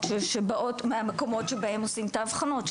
שבאמת מהמקומות שבהם עושים את האבחנות,